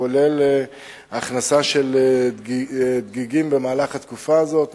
כולל הכנסה של דגיגים במהלך התקופה הזאת,